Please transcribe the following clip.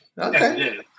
Okay